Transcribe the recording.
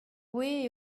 gwez